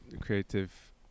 creative